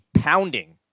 pounding